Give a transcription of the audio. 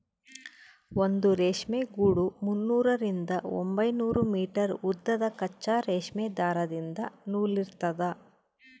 ಒಂದು ರೇಷ್ಮೆ ಗೂಡು ಮುನ್ನೂರರಿಂದ ಒಂಬೈನೂರು ಮೀಟರ್ ಉದ್ದದ ಕಚ್ಚಾ ರೇಷ್ಮೆ ದಾರದಿಂದ ನೂಲಿರ್ತದ